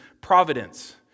providence